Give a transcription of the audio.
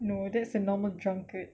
no that's a normal drunkard